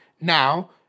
now